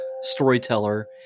storyteller